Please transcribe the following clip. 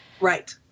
Right